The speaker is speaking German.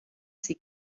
sie